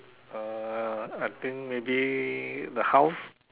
uh I think maybe the house